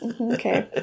Okay